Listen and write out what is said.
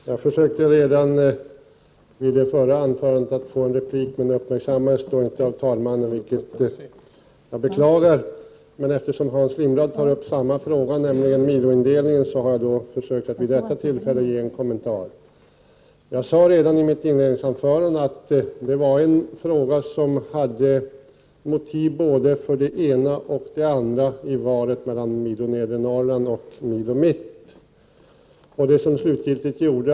Herr talman! Jag försökte redan tidigare att få en replik, men det uppmärksammades inte av talmannen, vilket jag beklagar. Eftersom Hans Lindblad tog upp samma fråga på nytt, nämligen miloindelningen, försöker jag att göra en kommentar nu. Redan i mitt inledningsanförande sade jag att det rör sig om en fråga där det finns motiv för såväl det ena som det andra. Här gäller det valet mellan Milo Nedre Norrland och Milo Mitt.